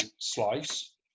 slice